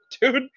dude